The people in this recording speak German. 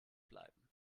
bleiben